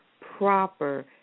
Proper